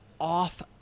off